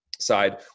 side